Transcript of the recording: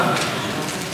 בואו לבחירות.